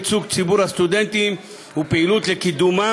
ייצוג ציבור הסטודנטים ופעילות לקידומם